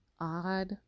odd